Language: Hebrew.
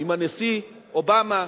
עם הנשיא אובמה,